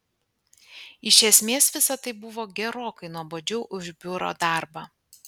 iš esmės visa tai buvo gerokai nuobodžiau už biuro darbą